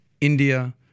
India